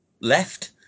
left